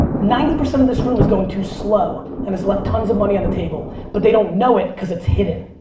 ninety percent of this room is going too slow and has left tons of money on the table but they don't know it cause it's hidden.